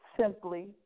simply